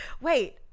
Wait